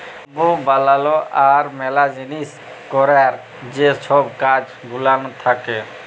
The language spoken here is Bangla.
বাম্বু বালালো আর ম্যালা জিলিস ক্যরার যে ছব কাজ গুলান থ্যাকে